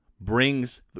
brings